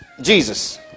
Jesus